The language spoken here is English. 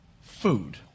food